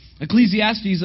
Ecclesiastes